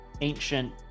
ancient